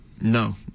no